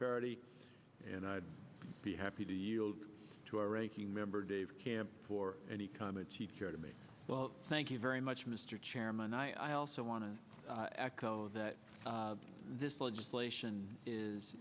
parity and i'd be happy to yield to our ranking member dave camp for any comments you care to make well thank you very much mr chairman i also want to echo that this legislation is